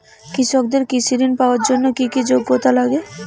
কৃষকদের কৃষি ঋণ পাওয়ার জন্য কী কী যোগ্যতা লাগে?